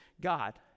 God